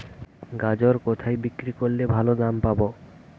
গাজর কোথায় বিক্রি করলে ভালো দাম পাব?